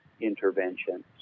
interventions